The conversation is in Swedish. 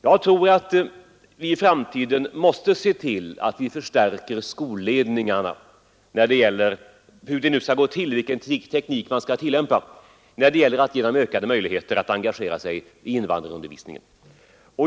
Jag tror att vi i framtiden måste se till att vi förstärker skolledningarna, hur det nu skall gå till och vilken teknik man nu skall tillämpa, och ger dem ökade möjligheter att engagera sig i invandrarundervisningen.